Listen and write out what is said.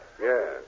Yes